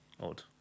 odd